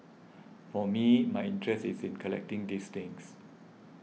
for me my interest is in collecting these things